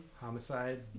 homicide